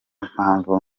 mpamvu